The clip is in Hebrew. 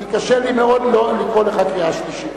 כי קשה לי מאוד לא לקרוא אותך קריאה שלישית.